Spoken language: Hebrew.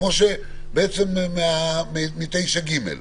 כמו שבסעיף 9(ג).